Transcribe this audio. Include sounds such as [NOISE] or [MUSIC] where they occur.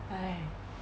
[BREATH]